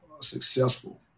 successful